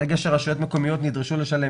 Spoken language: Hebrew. ברגע שהרשויות המקומיות נדרשו לשלם